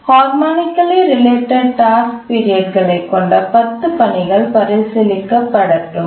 ஹார்னமாநிகலி related task period களைக் கொண்ட 10 பணிகள் பரிசீலிக்கப்படட்டும்